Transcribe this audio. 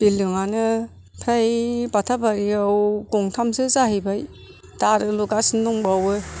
बिल्दिंआनो फ्राय बाथाबारिआव गंथामसो जाहैबाय दा आरो लुगासिनो दंबावो